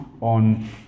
on